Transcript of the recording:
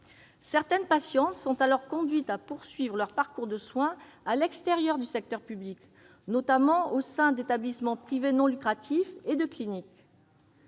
Certaines patientes sont alors conduites à poursuivre leur parcours de soins à l'extérieur du secteur public, notamment au sein d'établissements privés non lucratifs et de cliniques.